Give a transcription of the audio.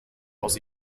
aus